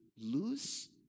lose